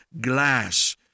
glass